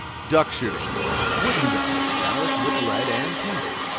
duck-shooting wooden ducks, ballasted with lead, and painted,